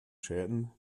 schäden